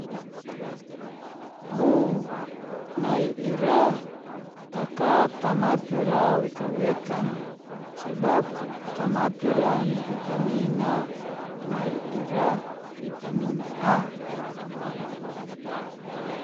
Uu nai ira, taka tamati ra wekan-wekan. Sebab tamati ra ni vitamin na nai ira vitamin a.